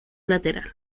lateral